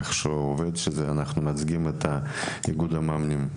כמי שמייצגים את איגוד המאמנים?